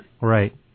Right